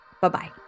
Bye-bye